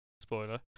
Spoiler